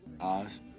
Oz